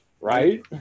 Right